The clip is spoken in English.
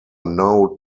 now